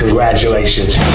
Congratulations